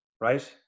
right